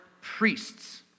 priests